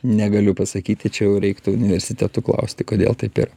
negaliu pasakyti čia jau reiktų universitetų klausti kodėl taip yra